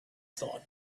thought